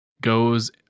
goes